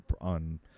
on